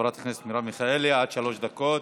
מרב מיכאלי, עד שלוש דקות,